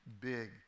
big